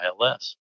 ILS